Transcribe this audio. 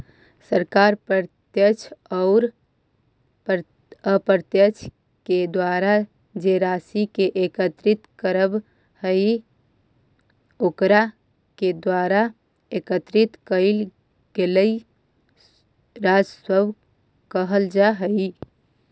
सरकार प्रत्यक्ष औउर अप्रत्यक्ष के द्वारा जे राशि के एकत्रित करवऽ हई ओकरा के द्वारा एकत्रित कइल गेलई राजस्व कहल जा हई